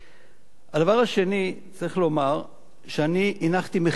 הדבר השני, צריך לומר שאני הנחתי מחדש את החוק.